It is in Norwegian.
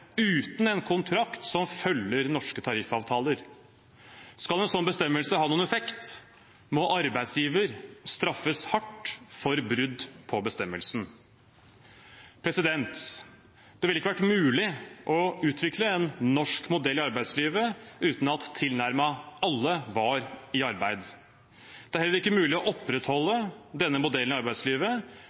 uten en kontrakt som følger norske tariffavtaler. Skal en slik bestemmelse ha noen effekt, må arbeidsgiver straffes hardt for brudd på bestemmelsen. Det ville ikke vært mulig å utvikle en norsk modell i arbeidslivet uten at tilnærmet alle var i arbeid. Det er heller ikke mulig å opprettholde denne modellen i arbeidslivet